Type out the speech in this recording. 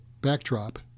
backdrop